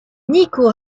nico